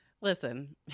listen